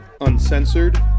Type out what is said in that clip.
uncensored